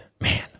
Man